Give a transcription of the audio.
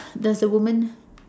does the woman